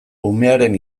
umearen